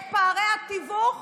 את פערי התיווך